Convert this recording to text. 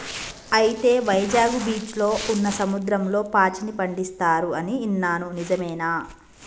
అయితే వైజాగ్ బీచ్లో ఉన్న సముద్రంలో పాచిని పండిస్తారు అని ఇన్నాను నిజమేనా